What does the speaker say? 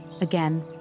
again